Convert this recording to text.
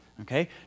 Okay